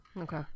Okay